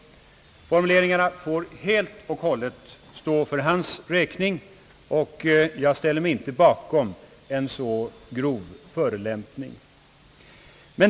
Formuleringarna får helt och hållet stå för hans räkning, och jag ställer mig inte bakom några grova förolämpningar.